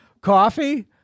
coffee